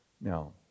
Now